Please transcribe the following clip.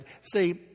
See